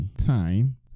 time